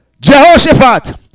Jehoshaphat